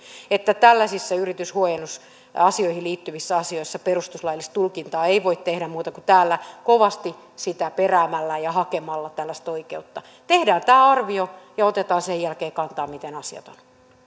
että tällaisissa yrityshuojennusasioihin liittyvissä asioissa perustuslaillista tulkintaa ei voi tehdä muuta kuin täällä kovasti sitä peräämällä ja hakemalla tällaista oikeutta tehdään tämä arvio ja otetaan sen jälkeen kantaa miten asiat ovat